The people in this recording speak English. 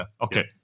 Okay